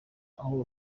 aho